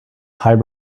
between